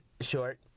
short